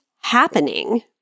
happening